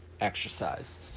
exercise